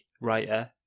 writer